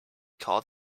call